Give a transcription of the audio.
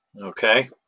Okay